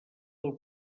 del